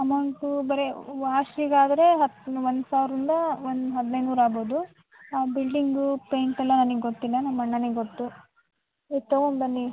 amount ಬರೀ ವಾಶಿಗಾದ್ರೆ ಹತ್ತು ಒಂದು ಸಾವಿರದ ಒಂದು ಹದ್ನೈದು ನೂರು ಆಗ್ಬೋದು ಬಿಲ್ಡಿಂಗು ಪೇಂಟ್ ಎಲ್ಲ ನನಗೆ ಗೊತ್ತಿಲ್ಲ ನಮ್ಮ ಅಣ್ಣನಿಗೆ ಗೊತ್ತು ನೀವು ತಗೊಂಡು ಬನ್ನಿ